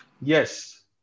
Yes